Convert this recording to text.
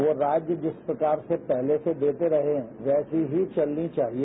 जो राज्य जिस प्रकार से पहले से देत रहे हैं वैसी ही चलनी चाहिए